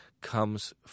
comes